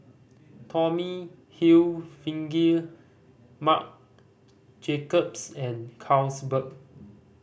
Tommy Hilfiger Marc Jacobs and Carlsberg